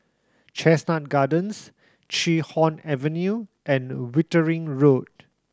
Chestnut Gardens Chee Hoon Avenue and Wittering Road